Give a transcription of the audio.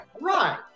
right